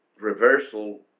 reversal